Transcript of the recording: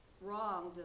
wrong